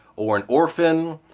or an orphan,